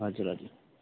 हजुर हजुर